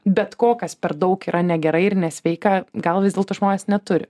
bet ko kas per daug yra negerai ir nesveika gal vis dėlto žmonės neturi